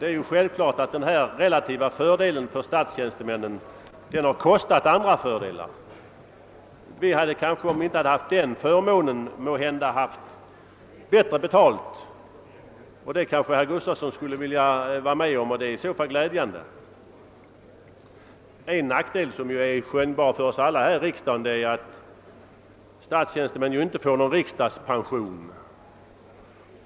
Det är självklart att denna relativa fördel för statstjänstemännen har kostat andra fördelar. Om vi inte haft denna förmån, hade vi måhända haft bättre betalt; vill herr Gustavsson vara med om det är det i så fall glädjande. En nackdel som är skönjbar för oss alla här i riksdagen är att statstjänstemän inte får någon riksdagspension.